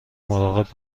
مراقب